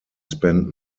spent